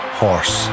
horse